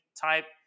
type